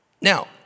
Now